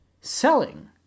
selling